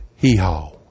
Hee-haw